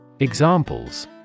Examples